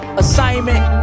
assignment